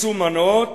מסומנות,